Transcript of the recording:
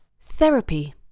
Therapy